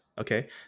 okay